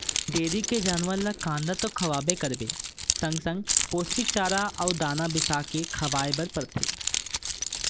dairy के जानवर ल कांदी तो खवाबे करबे संगे संग पोस्टिक चारा अउ दाना बिसाके खवाए बर परथे